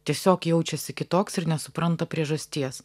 tiesiog jaučiasi kitoks ir nesupranta priežasties